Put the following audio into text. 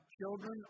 Children